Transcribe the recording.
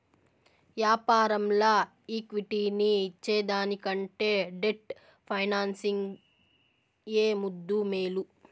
యాపారంల ఈక్విటీని ఇచ్చేదానికంటే డెట్ ఫైనాన్సింగ్ ఏ ముద్దూ, మేలు